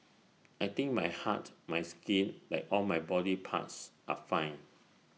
I think my heart my skin like all my body parts are fine